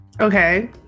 Okay